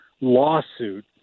lawsuit